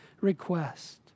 request